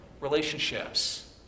relationships